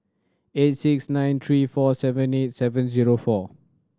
eight six nine three four seven eight seven zero four